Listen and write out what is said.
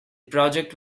project